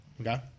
Okay